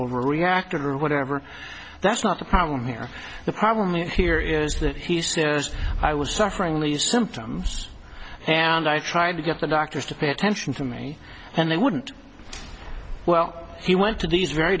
overreacted or whatever that's not the problem here the problem here is that he said i was suffering least symptoms and i tried to get the doctors to pay attention for me and they wouldn't well he went to these very